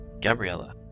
Gabriella